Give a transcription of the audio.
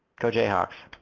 go jayhawks.